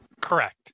correct